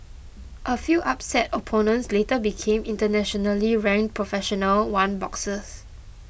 a few upset opponents later became internationally ranked professional one boxers